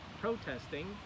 protesting